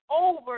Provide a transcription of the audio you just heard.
over